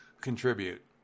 contribute